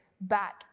back